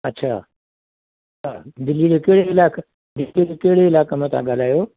अच्छा दिल्ली में कहिड़े इलाइक़े दिल्ली मां कहिड़े इलाइक़े में था ॻाल्हायो